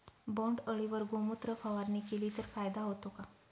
बोंडअळीवर गोमूत्र फवारणी केली तर फायदा होतो का?